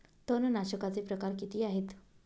तणनाशकाचे प्रकार किती आहेत?